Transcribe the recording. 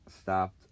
stopped